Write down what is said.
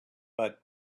but